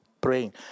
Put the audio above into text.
praying